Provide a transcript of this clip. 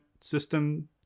system